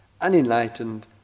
unenlightened